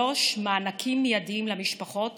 3. מענקים מיידיים למשפחות